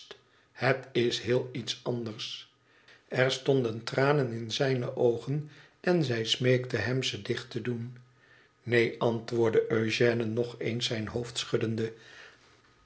het is heel iets anders er stonden tranen in zijne oogen en zij smeekte hem ze dicht te doen neen antwoordde eugène nog eens zijn hoofd schuddende